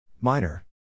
Minor